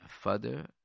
father